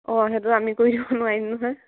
অঁ সেইটো আমি কৰি দিব নোৱাৰিম নহয়